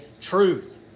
truth